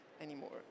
anymore